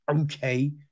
Okay